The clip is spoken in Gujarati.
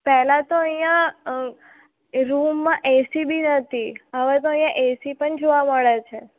પહેલા તો અહીં રૂમમાં એસી બી નહતી હવે તો અહીં એસી પણ જોવા મળે છે